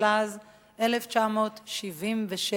התשל"ז 1977,